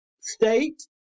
state